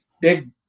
big